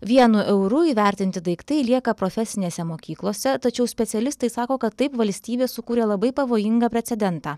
vienu euru įvertinti daiktai lieka profesinėse mokyklose tačiau specialistai sako kad taip valstybė sukūrė labai pavojingą precedentą